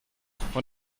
von